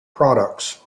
products